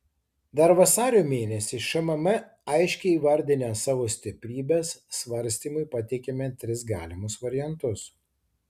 dar vasario mėnesį šmm aiškiai įvardinę savo stiprybes svarstymui pateikėme tris galimus variantus